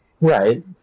Right